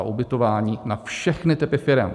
Ubytování na všechny typy firem.